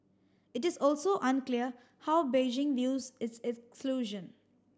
it is also unclear how Beijing views its exclusion